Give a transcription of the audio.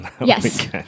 Yes